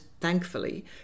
thankfully